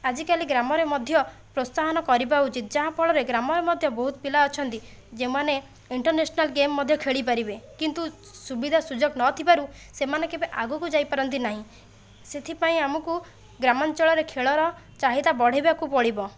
ଆଜିକାଲି ଗ୍ରାମରେ ମଧ୍ୟ ପ୍ରୋତ୍ସାହନ କରିବା ଉଚିତ ଯାହା ଫଳରେ ଗ୍ରାମରେ ମଧ୍ୟ ବହୁତ ପିଲା ଅଛନ୍ତି ଯେଉଁମାନେ ଇଣ୍ଟରନ୍ୟାସନାଲ ଗେମ୍ ମଧ୍ୟ ଖେଳି ପାରିବେ କିନ୍ତୁ ସୁବିଧା ସୁଯୋଗ ନଥିବାରୁ ସେମାନେ କେବେ ଆଗକୁ ଯାଇ ପାରନ୍ତିନାହିଁ ସେଥିପାଇଁ ଆମକୁ ଗ୍ରାମାଞ୍ଚଳରେ ଖେଳର ଚାହିଦା ବଢ଼ାଇବାକୁ ପଡ଼ିବ